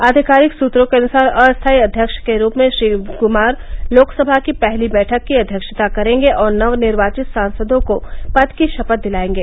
आधिकारिक सूत्रों के अनुसार अस्थाई अध्यक्ष के रूप में श्री कुमार लोकसभा की पहली बैठक की अध्यक्षता करेंगे और नव निर्वाचित सांसदों को पद की शपथ दिलाएंगे